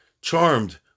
charmed